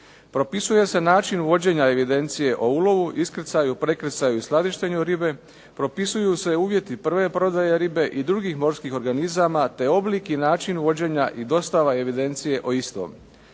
Propisuje se način vođenja evidencije o ulovu, iskrcaju, prekrcaju i skladištenju ribe. propisuju se uvjeti prve prodaje ribe i drugih morskih organizama te oblik i način vođenja i dostava evidencije o istom.